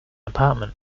apartment